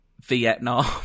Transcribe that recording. Vietnam